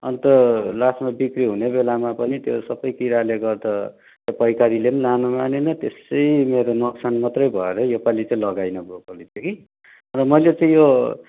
अन्त लास्टमा बिक्री हुने बेलामा पनि त्यो सबै किराले गर्दा पैकारीले पनि लानु मानेन त्यसै मेरो नोक्सान मात्रै भएर यो पालि चाहिँ लगाइनँ ब्रोकली चाहिँ कि अन्त मैले चाहिँ यो